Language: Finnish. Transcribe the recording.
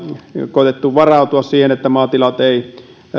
koetettu varautua siihen että maatilat eivät